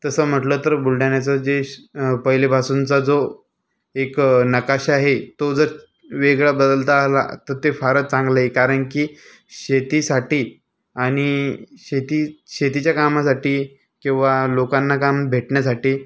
तसं म्हटलं तर बुलढाण्याचं जे पहिलेपासूनचा जो एक नकाशा आहे तो जर वेगळा बदलता आला तर ते फारच चांगलं आहे कारण की शेतीसाठी आणि शेती शेतीच्या कामासाठी किंवा लोकांना काम भेटण्यासाठी